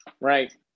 Right